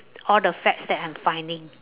all the facts that I'm finding